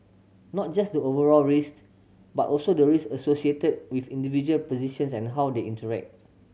not just the overall risks but also the risk associated with individual positions and how they interact